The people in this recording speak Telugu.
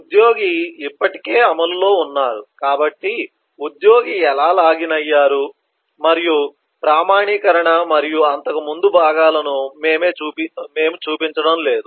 ఉద్యోగి ఇప్పటికే అమలులో ఉన్నారు కాబట్టి ఉద్యోగి ఎలా లాగిన్ అయ్యారు మరియు ప్రామాణీకరణ మరియు అంతకుముందు భాగాలను మేము చూపించడం లేదు